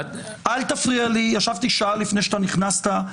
ישבתי שעה לפני שנכנסת.